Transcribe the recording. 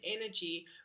energy